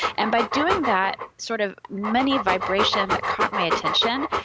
and by doing that sort of mini vibration that caught my attention,